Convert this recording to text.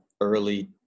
early